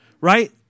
Right